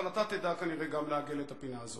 אבל אתה תדע כנראה גם לעגל את הפינה הזו.